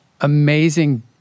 amazing